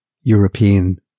European